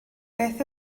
beth